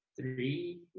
three